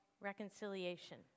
reconciliation